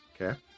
Okay